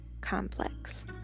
complex